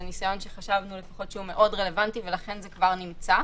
ניסיון שחשבנו שהוא מאוד רלוונטי ולכן זה כבר נמצא.